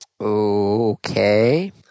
Okay